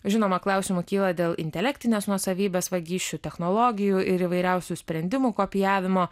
žinoma klausimų kyla dėl intelektinės nuosavybės vagysčių technologijų ir įvairiausių sprendimų kopijavimo